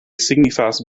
signifas